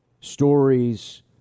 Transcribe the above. Stories